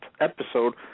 episode